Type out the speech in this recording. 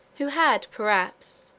who had, perhaps,